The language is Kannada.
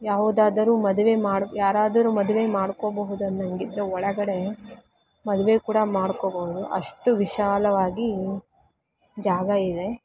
ಯಾವುದಾದರೂ ಮದುವೆ ಮಾಡಿ ಯಾರಾದರೂ ಮದುವೆ ಮಾಡ್ಕೋಬಹುದು ಅನ್ನಂಗಿದ್ರೆ ಒಳಗಡೆ ಮದುವೆ ಕೂಡ ಮಾಡ್ಕೊಬೋದು ಅಷ್ಟು ವಿಶಾಲವಾಗಿ ಜಾಗವಿದೆ